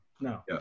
no